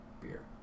beer